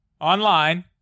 online